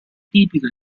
tipico